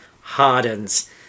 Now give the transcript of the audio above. hardens